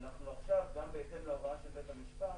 גם בהתאם להוראה של בית המשפט,